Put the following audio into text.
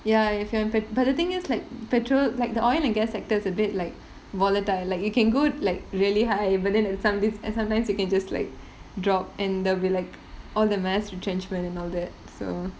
ya if you are p~ but the thing is like petrol like the oil and gas sector is a bit like volatile like you can go like really high but then at some of this like sometimes it can just like drop and there will be like all the mass retrenchment and all that so